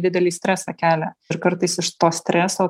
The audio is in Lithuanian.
didelį stresą kelia kartais iš to streso